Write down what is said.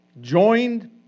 joined